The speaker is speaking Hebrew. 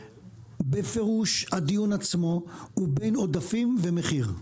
בפירוש הדיון עצמו הוא בין עודפים ומחיר.